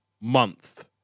month